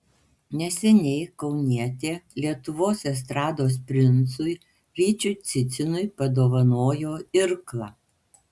neseniai kaunietė lietuvos estrados princui ryčiui cicinui padovanojo irklą